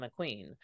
McQueen